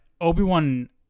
Obi-Wan